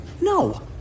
No